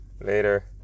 later